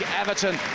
Everton